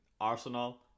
Arsenal